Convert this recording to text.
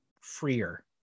freer